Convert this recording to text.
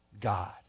God